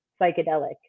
psychedelic